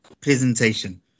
presentation